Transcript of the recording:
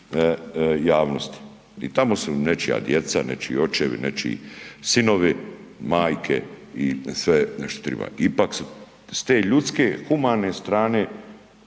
I tamo su nečija djeca, nečiji očevi, nečiji sinovi, majke i sve što triba. Ipak s te ljudske, humane strane